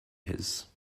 his